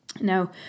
Now